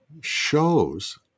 shows